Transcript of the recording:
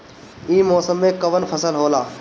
ई मौसम में कवन फसल होला?